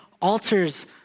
alters